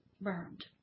burned